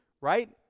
right